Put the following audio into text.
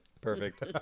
Perfect